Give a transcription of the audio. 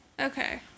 Okay